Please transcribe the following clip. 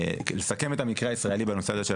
לסכם את המקרה הישראלי בנושא הזה של